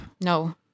No